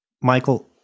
Michael